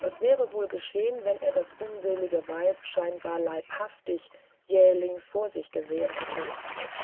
was wäre wohl geschehen wenn er das unselige weib scheinbar leibhaftig jählings vor sich gesehen hätte